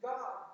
God